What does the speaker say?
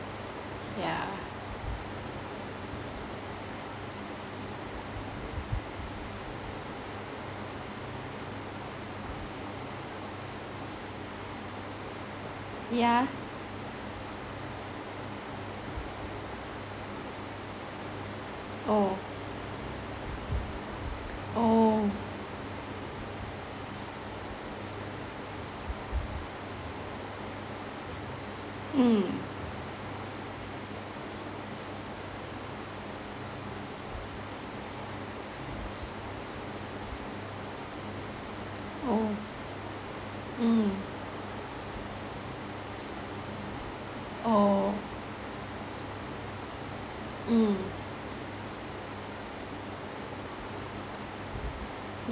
yeah yeah oh oh mm oh mm oh mm